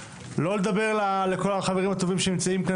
לא לדבר לכל החברים הטובים שנמצאים כאן